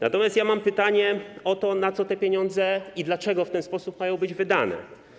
Natomiast mam pytanie o to, na co te pieniądze i dlaczego w ten sposób mają być wydane.